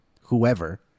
whoever